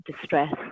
distress